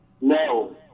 No